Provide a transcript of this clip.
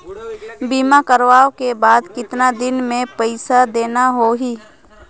बीमा करवाओ के बाद कतना दिन मे पइसा देना हो ही?